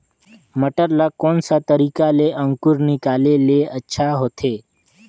मटर ला कोन सा तरीका ले अंकुर निकाले ले अच्छा होथे?